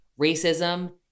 racism